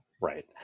Right